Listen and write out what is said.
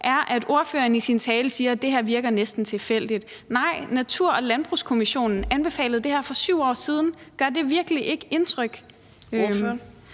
er, at ordføreren i sin tale siger: Det her virker næsten tilfældigt. Nej, Natur- og Landbrugskommissionen anbefalede det her for 7 år siden. Gør det virkelig ikke indtryk? Kl.